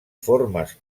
formes